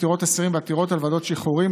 עתירות אסירים ועתירות על ועדות שחרורים,